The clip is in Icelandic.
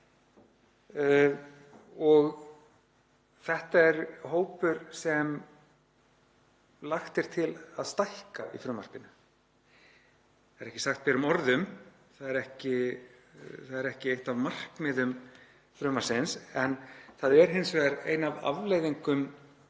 Þetta er hópur sem lagt er til að stækka í frumvarpinu. Það er ekki sagt berum orðum, það er ekki eitt af markmiðum frumvarpsins en það er hins vegar ein af afleiðingum